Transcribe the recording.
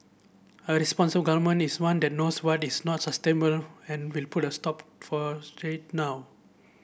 a responsible government is one that knows what is not sustainable and will put a stop for now